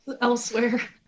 elsewhere